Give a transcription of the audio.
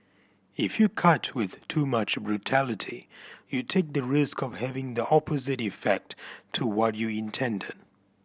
if you cut with too much brutality you take the risk of having the opposite effect to what you intended